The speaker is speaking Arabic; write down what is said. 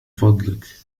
فضلك